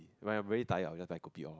when I'm very tired I will just buy kopi-O